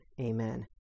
Amen